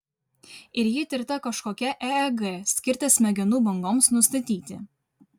ir ji tirta kažkokia eeg skirta smegenų bangoms nustatyti